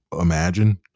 imagine